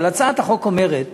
הצעת החוק אומרת